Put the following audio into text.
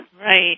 Right